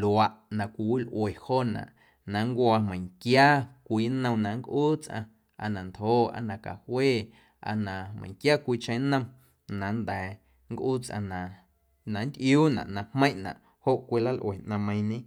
luaꞌ na cwiwilꞌue joonaꞌ na nncwo̱ meiⁿnquia cwii nnom na nncꞌuu tsꞌaⁿ aa na ntjo aa na cajue aa na meiⁿnquia cwiicheⁿ nnom na nnda̱a̱ nncꞌuu tsꞌaⁿ na na nntꞌiuunaꞌ na jmeiⁿꞌnaꞌ joꞌ cwilalꞌue ꞌnaⁿmeiiⁿñe.